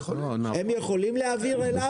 הם יכולים להעביר אליו?